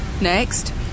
Next